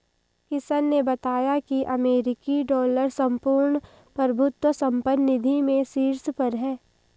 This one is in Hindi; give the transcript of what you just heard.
किशन ने बताया की अमेरिकी डॉलर संपूर्ण प्रभुत्व संपन्न निधि में शीर्ष पर है